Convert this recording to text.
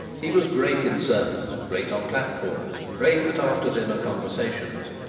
he was great in sermons, great on platforms, great at after dinner conversations,